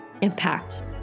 impact